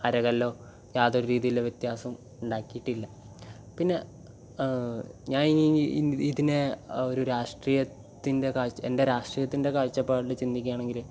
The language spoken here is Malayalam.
അരകല്ലോ യാതൊരു രീതിയിലുള്ള വ്യത്യാസം ഉണ്ടാക്കിയിട്ടില്ല പിന്നെ ഞാൻ ഈ ഇതിനെ ഒരു രാഷ്ട്രീയത്തിൻ്റെ കാഴ്ച എൻ്റെ രാഷ്ട്രീയത്തിൻ്റെ കാഴ്ചപ്പാടിൽ ചിന്തിക്കുകയാണെങ്കിൽ